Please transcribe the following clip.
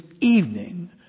evening